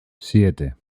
siete